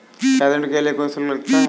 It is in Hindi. क्या ऋण के लिए कोई शुल्क लगता है?